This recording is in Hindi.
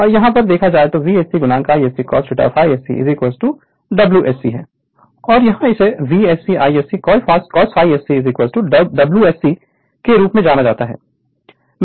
और यहाँ इसे VSC ISC cosᲶsc WSC के रूप में जाना जाता है